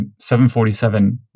747